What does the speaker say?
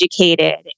educated